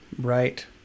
Right